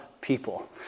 people